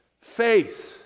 faith